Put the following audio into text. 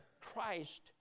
Christ